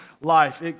life